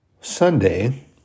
Sunday